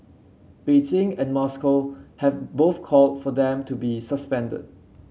Beijing and Moscow have both called for them to be suspended